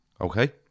okay